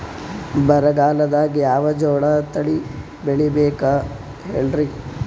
ಬರಗಾಲದಾಗ್ ಯಾವ ಜೋಳ ತಳಿ ಬೆಳಿಬೇಕ ಹೇಳ್ರಿ?